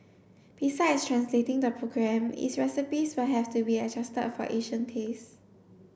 besides translating the program its recipes will have to be adjusted for Asian tastes